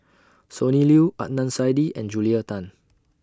Sonny Liew Adnan Saidi and Julia Tan